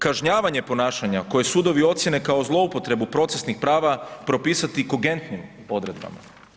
Kažnjavanje ponašanja koje sudovi ocjene kao zloupotrebu procesnih prava, propisati kogentnim odredbama.